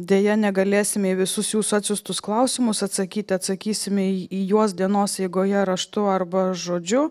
deja negalėsime į visus jūsų atsiųstus klausimus atsakyti atsakysime į į juos dienos eigoje raštu arba žodžiu